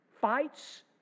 fights